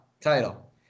title